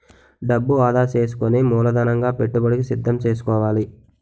డబ్బు ఆదా సేసుకుని మూలధనంగా పెట్టుబడికి సిద్దం సేసుకోవాలి